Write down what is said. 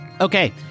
Okay